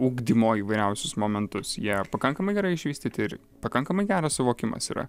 ugdymo įvairiausius momentus jie pakankamai gerai išvystyti ir pakankamai geras suvokimas yra